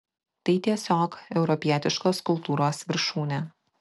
tai tiesiog europietiškos kultūros viršūnė